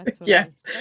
yes